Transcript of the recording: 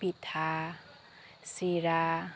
পিঠা চিৰা